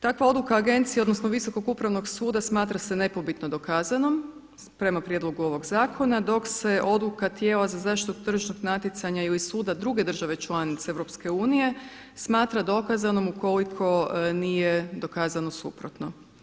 Takva odluka agencije odnosno Visokog upravnog suda smatra se nepobitno dokazanom, prema prijedlogu ovog zakona dok se odluka tijela za zaštitu tržišnog natjecanja ili suda druge države članice EU smatra dokazanom ukoliko nije dokazano suprotno.